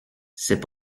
c’est